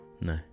No